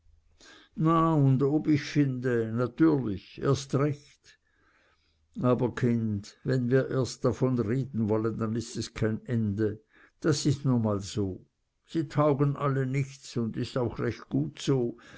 ich finde natürlich erst recht aber kind wenn wir davon erst reden wollen denn is kein ende das is nu mal so sie taugen alle nichts und is auch recht gut so